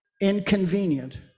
inconvenient